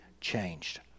changed